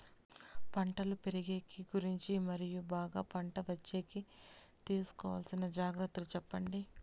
పంటలు పెరిగేకి గురించి మరియు బాగా పంట వచ్చేకి తీసుకోవాల్సిన జాగ్రత్త లు సెప్పండి?